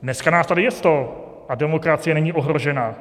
Dneska nás tady je sto, a demokracie není ohrožena.